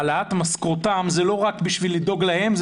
העלאת משכורתם זה לא רק בשביל לדאוג להם אלא